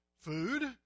Food